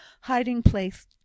hiding-place